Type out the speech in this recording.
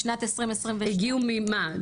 בשנת 2022 --- הגיעו ממה?